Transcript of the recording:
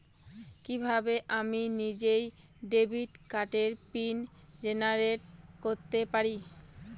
কিভাবে আমি নিজেই ডেবিট কার্ডের পিন জেনারেট করতে পারি?